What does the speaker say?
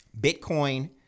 Bitcoin